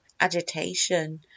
agitation